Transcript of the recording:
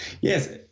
Yes